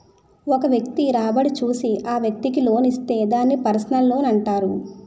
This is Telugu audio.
ఒక వ్యక్తి రాబడి చూసి ఆ వ్యక్తికి లోన్ ఇస్తే దాన్ని పర్సనల్ లోనంటారు